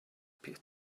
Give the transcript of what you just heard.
pit